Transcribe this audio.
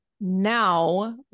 now